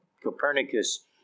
Copernicus